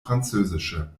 französische